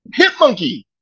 Hitmonkey